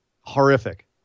horrific